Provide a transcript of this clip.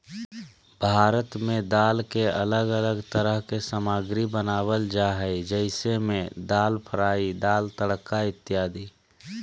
भारत में दाल के अलग अलग तरह के सामग्री बनावल जा हइ जैसे में दाल फ्राई, दाल तड़का इत्यादि